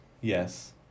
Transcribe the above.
Yes